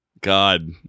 God